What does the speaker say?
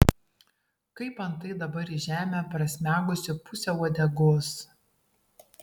kaip antai dabar į žemę prasmegusi pusė uodegos